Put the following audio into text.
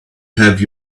have